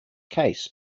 case